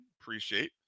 Appreciate